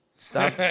Stop